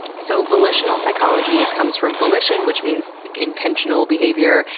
so volitional psychology comes from volition which means like intentional behavior,